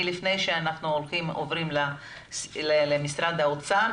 לפני שאנחנו עוברים למשרד האוצר,